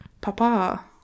Papa